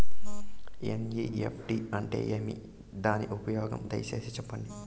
NEFT అంటే ఏమి? దాని ఉపయోగాలు దయసేసి సెప్పండి?